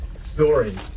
story